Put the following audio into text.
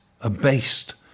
abased